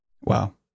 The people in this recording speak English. Wow